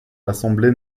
l’assemblée